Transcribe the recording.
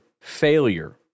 failure